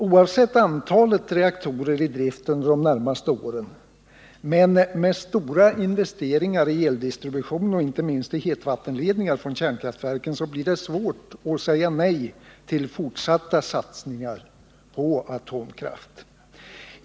Oavsett vilket antal reaktorer vi har i drift under de närmaste åren, blir det svårt — med de stora investeringarna i eldistribution och inte minst i hetvattenledningar från kärnkraftverken — att säga nej tili fortsatta satsningar på atomkraft.